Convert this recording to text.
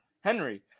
henry